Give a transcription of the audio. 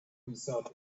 himself